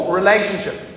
relationship